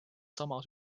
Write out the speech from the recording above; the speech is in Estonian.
sama